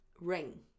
Ring